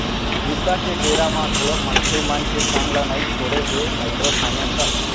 बिपदा के बेरा म घलोक मनखे मन के संग ल नइ छोड़े हे माइक्रो फायनेंस ह